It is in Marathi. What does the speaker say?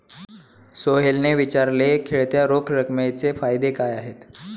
सोहेलने विचारले, खेळत्या रोख रकमेचे फायदे काय आहेत?